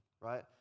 right